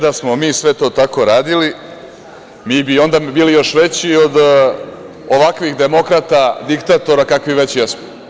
Da smo mi sve to tako radili, onda bi bili još veći od ovakvih demokrata, diktatora kakvi već jesmo.